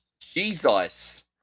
jesus